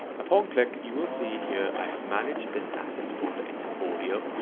upon click you will see here i have managed this assets folder into audio,